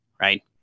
right